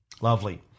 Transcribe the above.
Lovely